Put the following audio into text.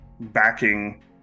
backing